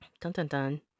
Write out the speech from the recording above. Dun-dun-dun